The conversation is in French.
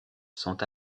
sont